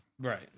right